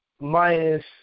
minus